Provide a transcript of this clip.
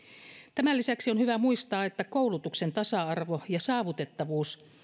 tämän lisäksi on hyvä muistaa että koulutuksen tasa arvo ja saavutettavuus